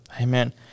amen